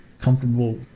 comfortable